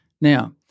Now